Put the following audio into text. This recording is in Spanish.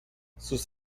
sus